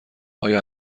آیا